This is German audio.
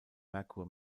merkur